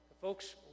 Folks